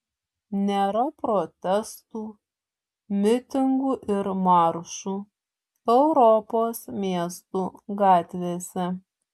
nėra protestų mitingų ir maršų europos miestų gatvėse